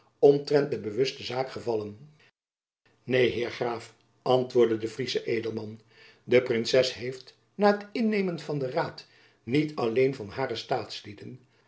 omtrent de bewuste zaak gevallen neen heer graaf antwoordde de friesche edelman de princes heeft na het innemen van den raad niet alleen van hare